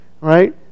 right